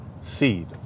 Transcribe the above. seed